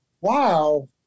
wow